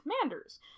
commanders